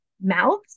mouths